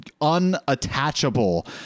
unattachable